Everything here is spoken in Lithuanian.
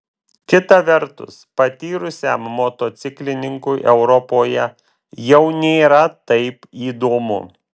kita vertus patyrusiam motociklininkui europoje jau nėra taip įdomu